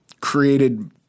created